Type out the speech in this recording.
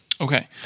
Okay